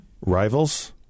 Rivals